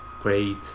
great